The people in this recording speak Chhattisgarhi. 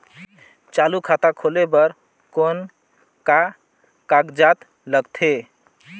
चालू खाता खोले बर कौन का कागजात लगथे?